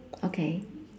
okay